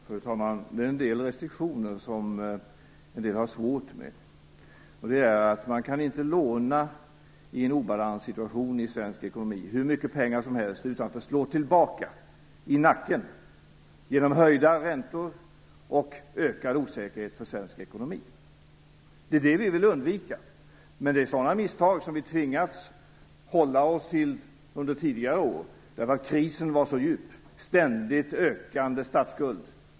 Fru talman! Det finns en del restriktioner som några har svårt med. Det är att man i en obalanssituation i svensk ekonomi inte kan låna hur mycket pengar som helst utan att det slår tillbaka i nacken genom höjda räntor och ökad osäkerhet för den svenska ekonomin. Det är detta vi vill undvika. Det är sådana misstag som vi tvingats hålla oss till under tidigare år, eftersom krisen var så djup med en ständigt ökande statsskuld.